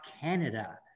Canada